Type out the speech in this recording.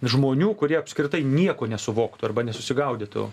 žmonių kurie apskritai nieko nesuvoktų arba nesusigaudytų